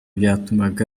byatumaga